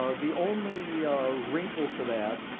ah the only wrinkle to that,